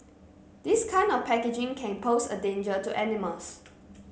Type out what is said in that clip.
this kind of packaging can pose a danger to animals